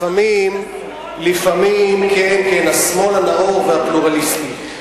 השמאל, כן, כן, השמאל הנאור והפלורליסטי.